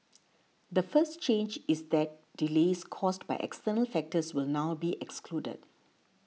the first change is that delays caused by external factors will now be excluded